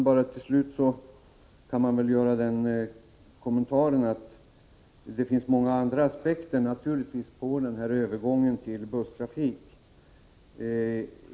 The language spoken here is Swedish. Herr talman! Avslutningsvis kan jag göra den kommentaren att det naturligtvis finns många olika aspekter på övergången till busstrafik.